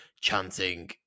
chanting